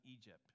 Egypt